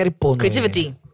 creativity